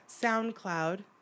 SoundCloud